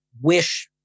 wish